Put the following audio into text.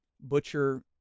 butcher